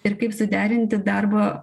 ir kaip suderinti darbo